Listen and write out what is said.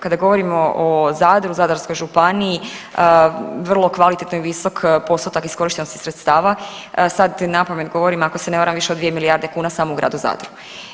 Kada govorimo o Zadru, Zadarskoj županiji vrlo kvalitetno i visok postotak iskorištenosti sredstava, sad napamet govorim ako se ne varam više od 2 milijarde kuna samo gradu Zadru.